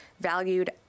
valued